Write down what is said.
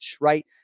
right